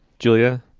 julia.